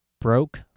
broke